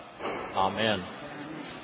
Amen